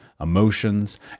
emotions